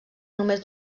només